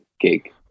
gig